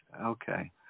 okay